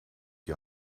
die